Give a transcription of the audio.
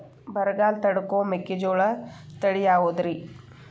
ಬರಗಾಲ ತಡಕೋ ಮೆಕ್ಕಿಜೋಳ ತಳಿಯಾವುದ್ರೇ?